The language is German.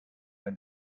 ein